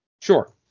Sure